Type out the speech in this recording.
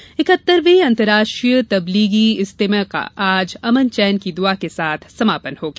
इज्तिमा इकहत्तरवें अंतर्राष्ट्रीय तब्लीगी इज्तिमे का आज अमन चैन की द्आ के साथ समापन हो गया